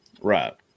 Right